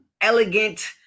elegant